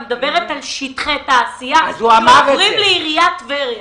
אני מדברת על שטחי תעשייה שעוברים לעיריית טבריה.